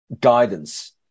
guidance